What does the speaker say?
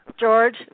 George